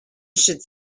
should